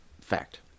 Fact